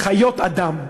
חיות אדם,